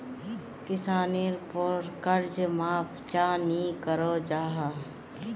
किसानेर पोर कर्ज माप चाँ नी करो जाहा?